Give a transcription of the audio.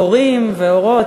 הורים והורות,